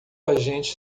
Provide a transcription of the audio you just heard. agente